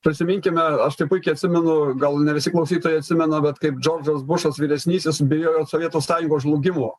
prisiminkime aš tai puikiai atsimenu gal ne visi klausytojai atsimena bet kaip džordžas bušas vyresnysis bijojo sovietų sąjungos žlugimo